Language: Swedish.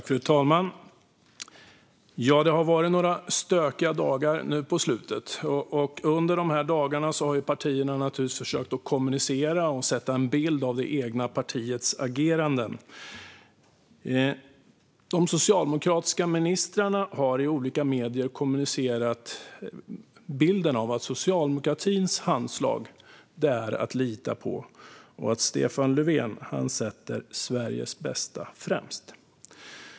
Fru talman! Det har varit några stökiga dagar nu på slutet. Under de dagarna har partierna försökt att kommunicera och sätta en bild av det egna partiets ageranden. De socialdemokratiska ministrarna har i olika medier kommunicerat bilden av att Socialdemokraternas handslag är att lita på och att Stefan Löfven sätter Sveriges bästa främst.